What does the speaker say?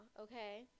okay